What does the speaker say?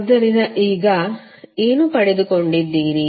ಆದ್ದರಿಂದಈಗ ಏನು ಪಡೆದುಕೊಂಡಿದ್ದೀರಿ